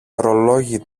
ωρολόγι